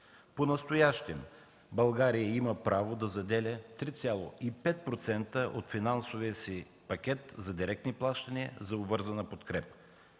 Понастоящем България има право да заделя 3,5% от финансовия си пакет за директни плащания за обвързана подкрепа.